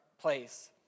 place